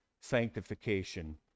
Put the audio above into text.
sanctification